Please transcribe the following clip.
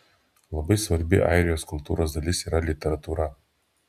labai svarbi airijos kultūros dalis yra literatūra